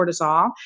cortisol